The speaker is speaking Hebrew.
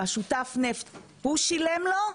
השותף נפט הוא שילם לו,